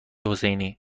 حسینی